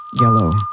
yellow